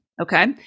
Okay